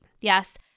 yes